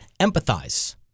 empathize